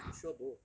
you sure bo